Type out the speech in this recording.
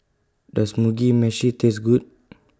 Does Mugi Meshi Taste Good